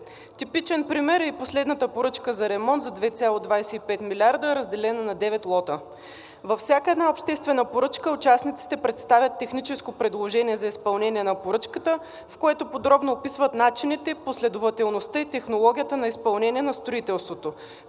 Типичен пример е и последната поръчка за ремонт за 2,25 милиарда, разделена на 9 лота. Във всяка една обществена поръчка участниците представят техническо предложение за изпълнение на поръчката, в което подробно описват начините, последователността и технологията на изпълнение на строителството,